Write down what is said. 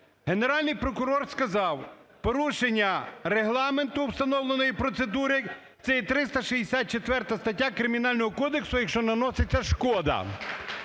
Генеральний прокурор сказав: "Порушення Регламенту встановленої процедури – це є 364 стаття Кримінального кодексу, якщо наноситься шкода".